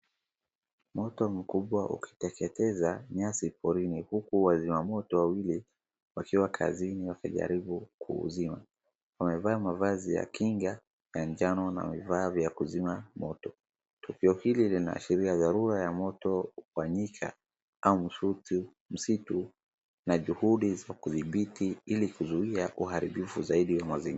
Moto mkubwa ukiteketeza nyasi porini huku wazimamoto wawili wakiwa kazini wakijaribu kuuzima, wamevaa mavazi ya Kinga ya njano na vifaa vya kuzima moto, tukio hili lina ashiria dharura ya moto hufanyika au msitu na juhudi za kudhibiti ili kuzuia uharibifu zaidi wa mazingira.